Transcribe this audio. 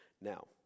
Now